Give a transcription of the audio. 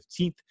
15th